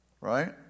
right